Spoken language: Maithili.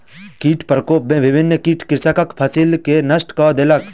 कीट प्रकोप में विभिन्न कीट कृषकक फसिल के नष्ट कय देलक